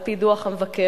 על-פי דוח המבקר,